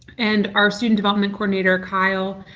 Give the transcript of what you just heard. and our student development coordinator, kyle.